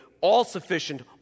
all-sufficient